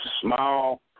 small